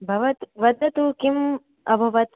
भवतु वदतु किं अभवत्